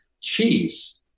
cheese